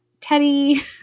Teddy